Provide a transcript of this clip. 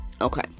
Okay